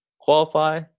Qualify